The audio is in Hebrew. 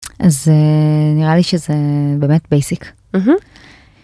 זה נראה לי שזה באמת בייסיק. אהמ.